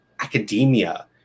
academia